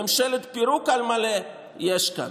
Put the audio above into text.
ממשלת פירוק על מלא יש כאן,